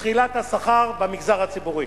זחילת השכר במגזר הציבורי.